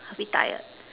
a bit tired